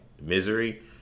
misery